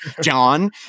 John